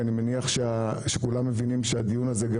אני מניח שכולם מבינים שהדיון הזה גם